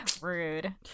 Rude